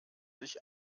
sich